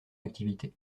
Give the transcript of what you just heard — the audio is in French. activité